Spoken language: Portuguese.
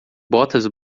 botas